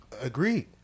Agreed